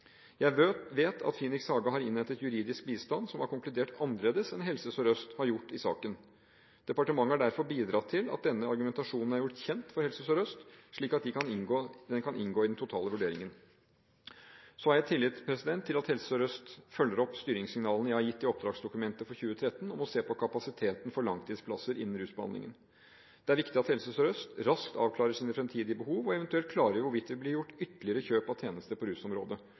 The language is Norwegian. Jeg vet at Phoenix Haga har innhentet juridisk bistand, som har konkludert annerledes enn Helse Sør-Øst har gjort i saken. Departementet har derfor bidratt til at denne argumentasjonen er gjort kjent for Helse Sør-Øst, slik at den kan inngå i den totale vurderingen. Så har jeg tillit til at Helse Sør-Øst følger opp styringssignalene jeg har gitt i oppdragsdokumentet for 2013, om å se på kapasiteten for langtidsplasser innenfor rusbehandlingen. Det er viktig at Helse Sør-Øst raskt avklarer sine fremtidige behov, og eventuell klargjør hvorvidt det vil bli gjort ytterligere kjøp av tjenester på rusområdet.